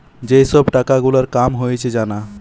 যেই সব টাকা গুলার কাম হয়েছে জানা